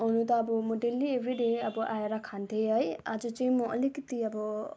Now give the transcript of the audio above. हुनु त अब म डेली एभ्रिडे अब आएर खान्थे है आज चाहिँ म अलिकति अब